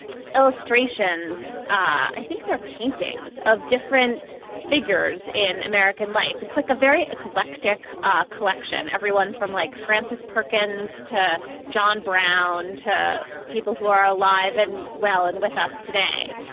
illustrations. i think they're paintings of different figures in american life. it's like a very eclectic ah collection. everyone from like frances perkins to john brown to people who are alive and well and with us today.